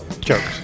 Jokes